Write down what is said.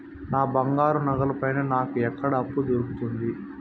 నా బంగారు నగల పైన నాకు ఎక్కడ అప్పు దొరుకుతుంది